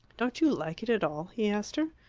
don't you like it at all? he asked her.